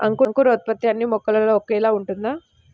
అంకురోత్పత్తి అన్నీ మొక్కల్లో ఒకేలా ఉంటుందా?